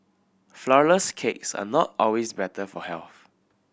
flourless cakes are not always better for health